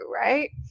right